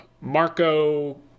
Marco